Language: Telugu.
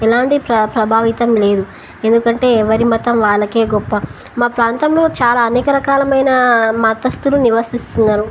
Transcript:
ఇలాంటి ప్ర ప్రభావితం లేదు ఎందుకంటే ఎవరి మతం వాళ్ళకే గొప్ప మా ప్రాంతంలో చాలా అనేక రకాలమైన మతస్తులు నివసిస్తున్నారు